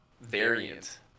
variant